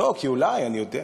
לא, כי אולי, אני יודע.